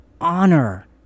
honor